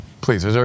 Please